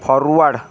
forward